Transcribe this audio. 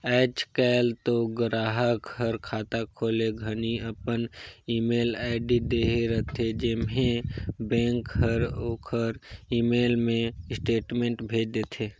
आयज कायल तो गराहक हर खाता खोले घनी अपन ईमेल आईडी देहे रथे जेम्हें बेंक हर ओखर ईमेल मे स्टेटमेंट भेज देथे